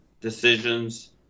decisions